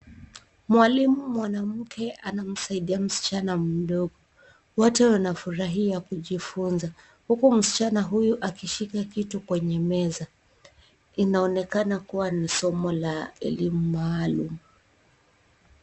Mwalimu mwanamke anamsaidia msichana mdogo. Wote wanafurahia kujifunza, huku msichana huyu akishika kitu kwenye meza. Inaonekana kuwa ni somo la elimu maalumu.